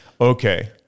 okay